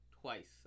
twice